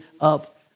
up